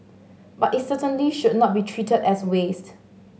but it certainly should not be treated as waste